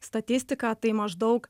statistiką tai maždaug